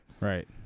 Right